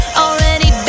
already